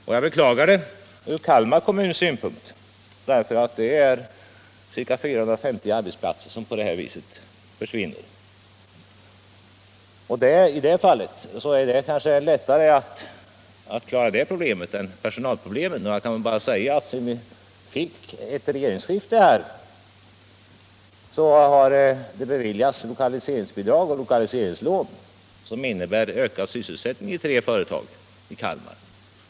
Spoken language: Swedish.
Och jag beklagar det från Kalmar kommuns synpunkt, därför att det är ca 450 arbetsplatser som på detta vis försvinner. Nu är det kanske lättare att klara det problemet än personalproblemen. Sedan vi fick ett regeringsskifte har det beviljats lokaliseringsbidrag och lokaliseringslån som innebär ökad sysselsättning i tre företag i Kalmar.